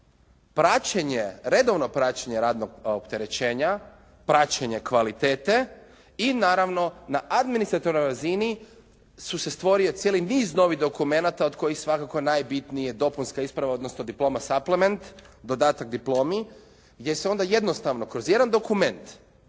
redovno praćenje radnog opterećenja, praćenje kvalitete i naravno na administrativnoj razini se stvorio cijeli niz novih dokumenata od kojih svakako najbitniji je dopunska isprava odnosno diploma suplament dodatak diplomi gdje se onda jednostavno kroz jedan dokument